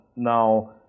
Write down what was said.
Now